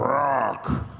rock.